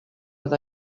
edo